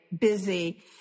busy